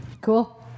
cool